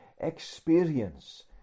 experience